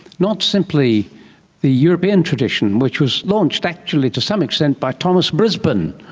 not simply the european tradition which was launched actually to some extent by thomas brisbane,